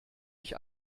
ich